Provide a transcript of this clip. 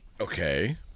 Okay